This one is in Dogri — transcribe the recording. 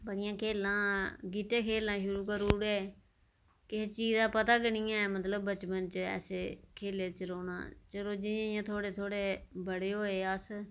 बडियां खेलां गीह्टे खेलना शुरु करी ओड़े किसे चीज दा पता गै नेईं ऐ मतलब बचपन च ऐसे खेल्लें च रौंहना चलो जियां जियां थोह्ड़े बड्डे होए अस